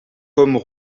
pommes